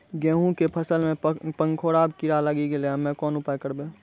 गेहूँ के फसल मे पंखोरवा कीड़ा लागी गैलै हम्मे कोन उपाय करबै?